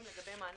לפי העניין,